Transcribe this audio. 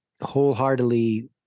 wholeheartedly